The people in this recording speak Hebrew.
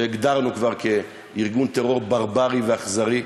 שהגדרנו כבר כארגון טרור ברברי ואכזרי.